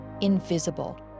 invisible